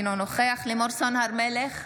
אינו נוכח לימור סון הר מלך,